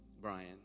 Brian